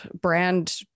brand